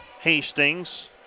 Hastings